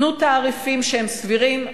תנו תעריפים שהם סבירים,